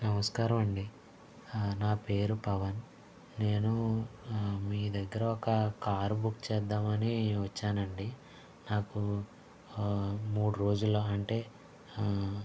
నమస్కారం అండి నా పేరు పవన్ నేను మీ దగ్గర ఒక కారు బుక్ చేద్దామని వచ్చానండి నాకు మూడు రోజుల్లో అంటే